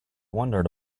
wondered